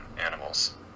animals